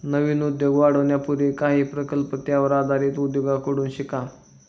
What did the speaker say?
नवीन उद्योग वाढवण्यापूर्वी काही प्रकल्प त्यावर आधारित उद्योगांकडून शिका